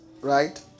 Right